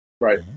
Right